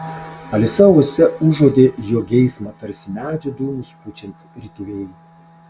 alisa uoste užuodė jo geismą tarsi medžio dūmus pučiant rytų vėjui